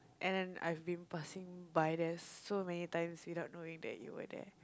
and I've been passing by there so many times without knowing that you were there